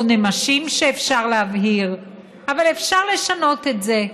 או נמשים, שאפשר להבהיר, אפשר לשנות את זה.